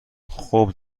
خوب